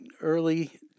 early